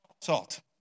Salt